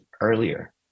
earlier